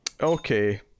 Okay